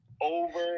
over